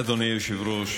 אדוני היושב-ראש,